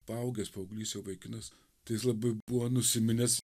paaugęs paauglys jau vaikinas tai jis labai buvo nusiminęs